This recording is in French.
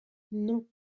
non